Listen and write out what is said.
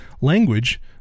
language